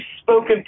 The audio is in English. spoken